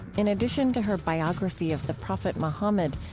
in addition to her biography of the prophet muhammad,